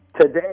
Today